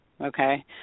okay